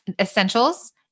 essentials